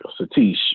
Satish